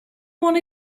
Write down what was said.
want